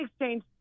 exchange